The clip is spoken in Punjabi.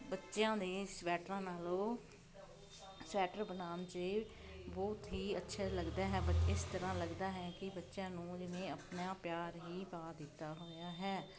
ਬੱਚਿਆਂ ਦੇ ਸਵੈਟਰਾਂ ਨਾਲੋਂ ਸਵੈਟਰ ਬਣਾਉਣ 'ਚ ਹੈ ਬਹੁਤ ਹੀ ਅੱਛੇ ਲੱਗਦਾ ਹੈ ਬਚ ਇਸ ਤਰ੍ਹਾਂ ਲੱਗਦਾ ਹੈ ਕਿ ਬੱਚਿਆਂ ਨੂੰ ਜਿਵੇਂ ਆਪਣਾ ਪਿਆਰ ਹੀ ਪਾ ਦਿੱਤਾ ਹੋਇਆ ਹੈ